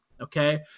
Okay